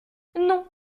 non